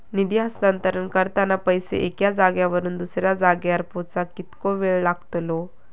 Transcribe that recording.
निधी हस्तांतरण करताना पैसे एक्या जाग्यावरून दुसऱ्या जाग्यार पोचाक कितको वेळ लागतलो?